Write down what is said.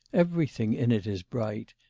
everything in it is bright,